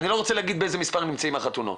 אני לא רוצה להגיד באיזה מספר נמצאות החתונות.